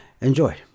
enjoy